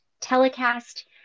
telecast